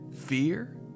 fear